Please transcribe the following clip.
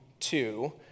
Two